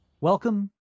Welcome